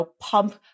pump